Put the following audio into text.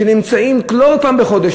שנמצאים לא פעם בחודש,